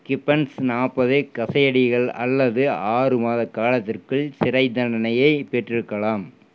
Gibbons நாற்பதை கஃபேயடிகள் அல்லது ஆறு மாத காலத்திற்குள் சிறைத் தண்டனையைப் பெற்றிருக்கலாம்